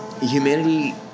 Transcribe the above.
humanity